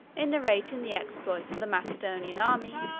in narrating the exploits of the macedonian army,